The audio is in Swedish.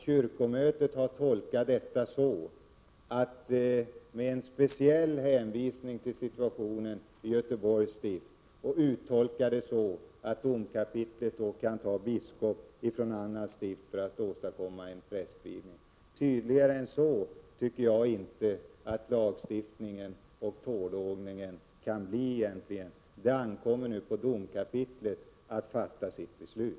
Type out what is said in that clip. Kyrkomötet har tolkat detta så, med en speciell hänvisning till situationen i Göteborgs stift, att domkapitlet kan ta biskop från annat stift för att åstadkomma en prästvigning. Tydligare än så tycker jag inte att lagstiftningen och tågordningen kan bli egentligen. Det ankommer nu på domkapitlet att fatta sitt beslut.